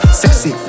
sexy